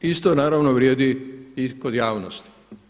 Isto naravno vrijedi i kod javnosti.